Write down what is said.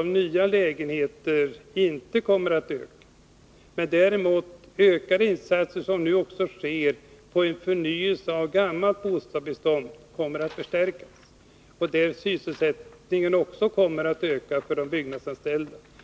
av nya lägenheter säkerligen inte kommer att öka. Behovet av insatser när det gäller en förnyelse av gammalt bostadsbestånd kommer däremot att förstärkas. Sådana insatser görs nu också. Sysselsättningen där för de byggnadsanställda kommer att öka.